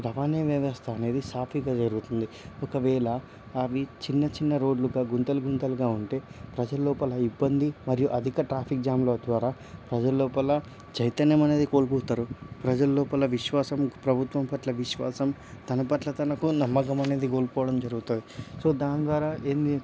రవాణా వ్యవస్థ అనేది సాఫీగా జరుగుతుంది ఒకవేళ అవి చిన్న చిన్న రోడ్లుగా గుంతలు గుంతలుగా ఉంటే ప్రజల లోపల ఇబ్బంది మరియు అధిక ట్రాఫిక్ జామ్ల ద్వారా ప్రజల్లోపల చైతన్యమనేది కోల్పోతారు ప్రజల లోపల విశ్వాసం ప్రభుత్వం పట్ల విశ్వాసం తన పట్ల తనకు నమ్మకం అనేది కోల్పోవడం జరుగుతుంది సో దాని ద్వారా ఏంది